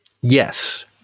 Yes